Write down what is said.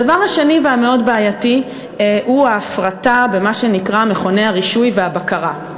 הדבר השני והמאוד בעייתי הוא ההפרטה במה שנקרא "מכוני הרישוי והבקרה".